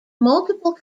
multiple